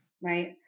right